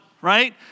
right